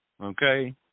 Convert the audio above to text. okay